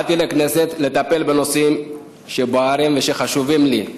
באתי לכנסת לטפל בנושאים שבוערים ושחשובים לי.